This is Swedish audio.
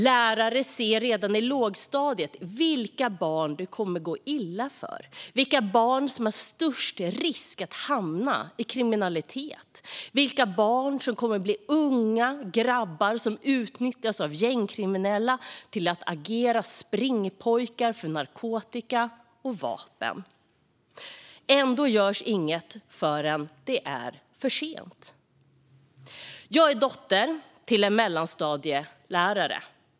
Lärare ser redan i lågstadiet vilka barn som det kommer att gå illa för och som löper störst risk att hamna i kriminalitet - vilka barn som kommer att bli unga grabbar som utnyttjas av gängkriminella till att agera springpojkar med narkotika och vapen. Ändå görs inget förrän det är för sent. Jag är dotter till en mellanstadielärare.